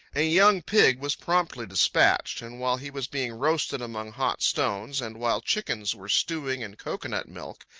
a young pig was promptly despatched, and while he was being roasted among hot stones, and while chickens were stewing in cocoanut milk,